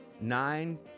nine